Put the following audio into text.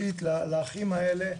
ספציפית לאחים האלה,